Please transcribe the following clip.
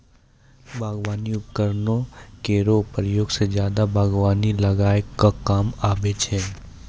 बागबानी उपकरन केरो प्रयोग सें जादा बागबानी लगाय क काम आबै छै